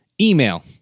email